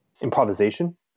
improvisation